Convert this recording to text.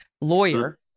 lawyer